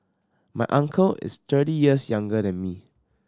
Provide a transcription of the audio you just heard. my uncle is thirty years younger than me